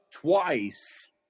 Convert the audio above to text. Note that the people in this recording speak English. twice